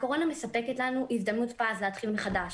הקורונה מספקת לנו הזדמנות פז להתחיל מחדש.